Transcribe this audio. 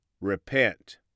repent